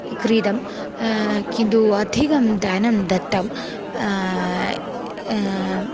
क्रीतं किन्तु अधिकं धनं दत्तं